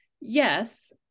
yes